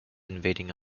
invading